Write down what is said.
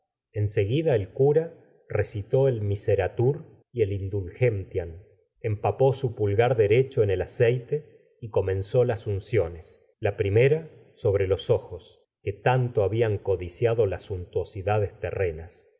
en seguida el cura recitó el cmisereatur o y el clndulgentiam o empapó su pulgar derecho en el aceite y comenzó las unciones la primera sobre los ojos que tanto habían codiciado las suntuosidades terrenas